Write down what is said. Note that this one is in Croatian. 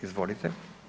Izvolite.